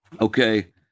Okay